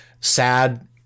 sad